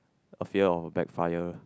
a fear of backfire